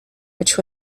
which